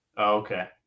Okay